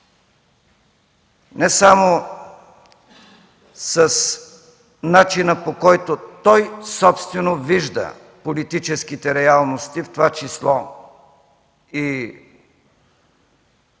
не само с начина, по който той собствено вижда политическите реалности, в това число и една